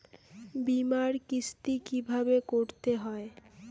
বিমার কিস্তি কিভাবে করতে হয়?